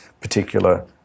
particular